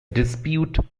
dispute